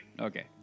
Okay